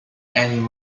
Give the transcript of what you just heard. and